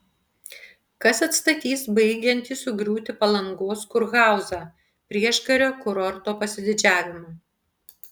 kas atstatys baigiantį sugriūti palangos kurhauzą prieškario kurorto pasididžiavimą